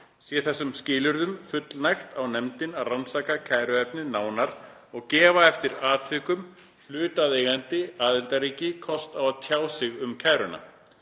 Sé þessum skilyrðum fullnægt á nefndin að rannsaka kæruefnið nánar og gefa eftir atvikum hlutaðeigandi aðildarríki kost á að tjá sig um kæruna.